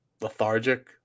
lethargic